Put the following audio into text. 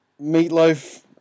Meatloaf